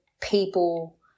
people